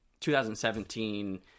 2017